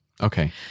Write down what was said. Okay